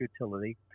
utility